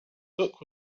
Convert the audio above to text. book